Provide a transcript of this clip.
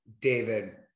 David